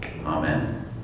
Amen